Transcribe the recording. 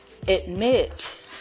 Admit